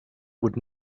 would